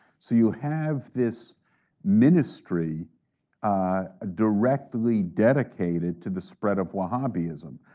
so you have this ministry ah ah directly dedicated to the spread of wahhabism.